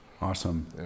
Awesome